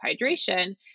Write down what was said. hydration